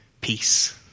peace